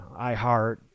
iHeart